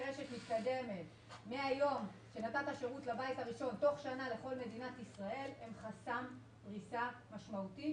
רשת מתקדמת לכל מדינת ישראל הם חסם פריסה משמעותי.